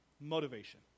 motivation